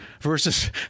versus